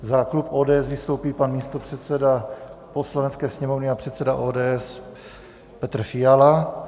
Za klub ODS vystoupí pan místopředseda Poslanecké sněmovny a předseda ODS Petr Fiala.